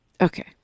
Okay